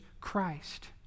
Christ